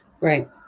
Right